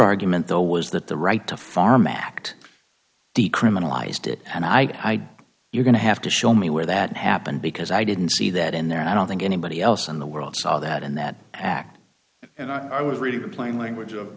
argument though was that the right to farm act decriminalized it and i guess you're going to have to show me where that happened because i didn't see that in there and i don't think anybody else in the world saw that in that act and i was reading the plain language of